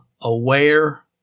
aware